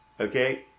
Okay